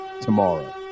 tomorrow